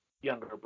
younger